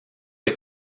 est